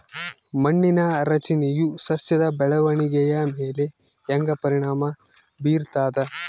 ಮಣ್ಣಿನ ರಚನೆಯು ಸಸ್ಯದ ಬೆಳವಣಿಗೆಯ ಮೇಲೆ ಹೆಂಗ ಪರಿಣಾಮ ಬೇರ್ತದ?